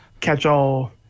catch-all